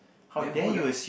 then who the